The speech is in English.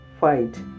fight